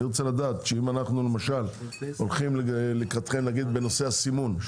אני רוצה לדעת שאם אנחנו למשל הולכים לקראתכם בנושא הסימון,